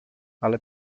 ale